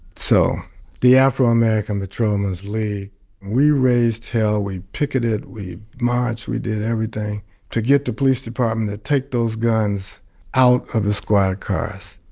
so the afro-american patrolmen's league we raised hell. we picketed. we marched. we did everything to get the police department to take those guns out of the squad cars